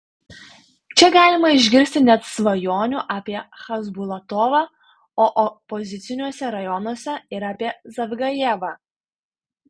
čia galima išgirsti net svajonių apie chasbulatovą o opoziciniuose rajonuose ir apie zavgajevą